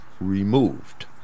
removed